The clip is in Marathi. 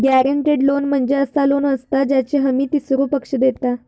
गॅरेंटेड लोन म्हणजे असा लोन असता ज्याची हमी तीसरो पक्ष देता